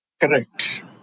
Correct